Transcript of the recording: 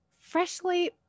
freshly